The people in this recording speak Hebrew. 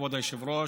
כבוד היושב-ראש,